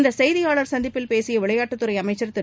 இந்த செய்தியாளர் சந்திப்பில் பேசிய விளையாட்டுத் துறை அமைச்சர் திரு